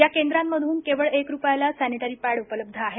या केंद्रांमधून केवळ एक रुपयाला सॅनिटरी पॅड उपलब्ध आहेत